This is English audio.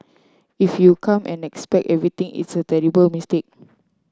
if you come and expect everything it's a terrible mistake